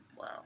Wow